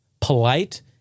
polite